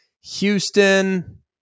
Houston